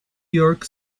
york